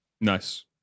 Nice